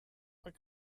what